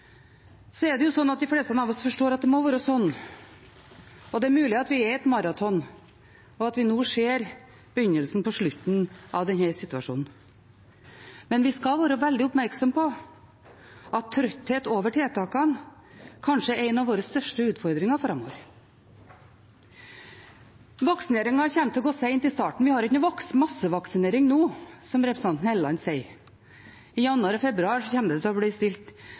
De fleste av oss forstår at det må være sånn, og det er mulig at vi er i et maraton, og at vi nå ser begynnelsen på slutten av denne situasjonen, men vi skal være veldig oppmerksomme på at tretthet over tiltakene kanskje er en av våre største utfordringer framover. Vaksineringen kommer til å gå sakte i starten. Vi har ikke noen massevaksinering nå, som representanten Helleland sier. I januar og februar kommer det til å bli